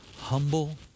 humble